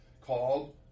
called